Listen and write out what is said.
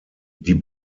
die